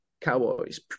cowboys